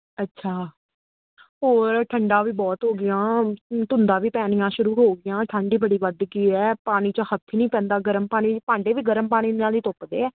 ਅੱਛਾ ਓ ਠੰਡਾ ਵੀ ਬਹੁਤ ਹੋ ਗਿਆ ਧੁੰਦਾ ਵੀ ਪੈਣੀਆਂ ਸ਼ੁਰੂ ਹੋ ਗਿਆ ਠੰਡ ਹੀ ਬੜੀ ਵੱਧਗੀ ਹ ਪਾਣੀ ਚ ਹੱਥ ਨਹੀਂ ਪੈਂਦਾ ਗਰਮ ਪਾਣੀ ਭਾਂਡੇ ਵੀ ਗਰਮ ਪਾਣੀ ਨਾਲ ਹੀ ਧੁੱਪਦੇ ਆ